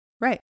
Right